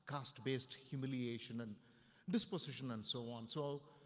caste-based humiliation. and disposition and so on. so,